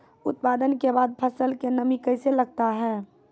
उत्पादन के बाद फसल मे नमी कैसे लगता हैं?